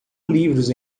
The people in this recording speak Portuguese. livros